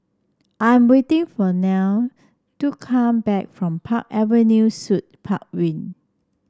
I'm waiting for Nile to come back from Park Avenue Suite Park Wing